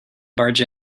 barge